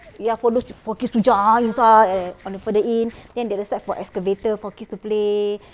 ya for those for kids to jump inside on the further in then the other side got excavator for kids to play